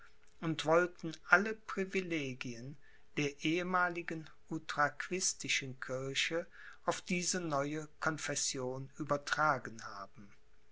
und wollten alle privilegien der ehemaligen utraquistischen kirche auf diese neue confession übertragen haben